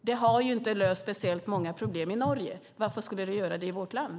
Det har ju inte löst speciellt många problem i Norge. Varför skulle det göra det i vårt land?